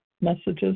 messages